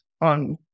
on